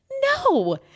No